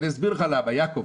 אסביר לך למה, יעקב.